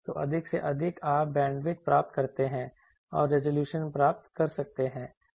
तो अधिक से अधिक आप बैंडविड्थ प्राप्त करते हैं आप रिज़ॉल्यूशन प्राप्त करते हैं